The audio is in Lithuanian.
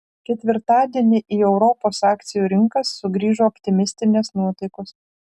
ketvirtadienį į europos akcijų rinkas sugrįžo optimistinės nuotaikos